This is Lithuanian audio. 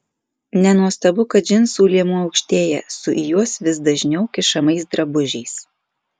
nenuostabu kad džinsų liemuo aukštėja su į juos vis dažniau kišamais drabužiais